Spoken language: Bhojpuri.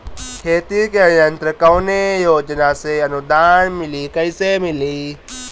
खेती के यंत्र कवने योजना से अनुदान मिली कैसे मिली?